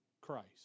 Christ